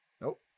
Nope